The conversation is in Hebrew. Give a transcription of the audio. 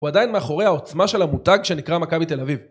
הוא עדיין מאחורי העוצמה של המותג שנקרא מכבי תל אביב.